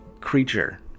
creature